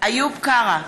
איוב קרא,